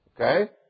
Okay